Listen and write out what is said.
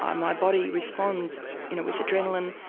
um my body responds you know with adrenalin,